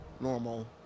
normal